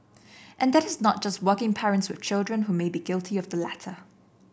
and that is not just working parents with children who may be guilty of the latter